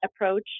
approach